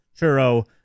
churro